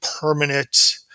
permanent